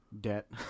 Debt